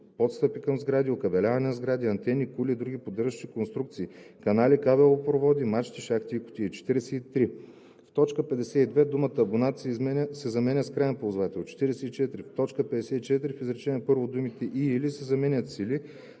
подстъпи към сгради, окабеляване на сгради, антени, кули и други поддържащи конструкции, канали, кабелопроводи, мачти, шахти и кутии.“ 43. В т. 52 думата „абонат“ се заменя с „краен ползвател“. 44. В т. 54 в изречение първо думите „и/или“ се заменят с